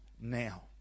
now